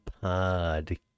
pod